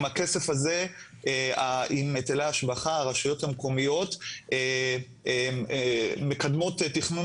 עם הכסף הזה הרשויות המקומיות מקדמות תכנון